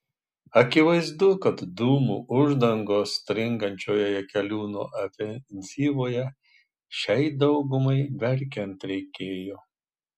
akivaizdu kad dūmų uždangos stringančioje jakeliūno ofenzyvoje šiai daugumai verkiant reikėjo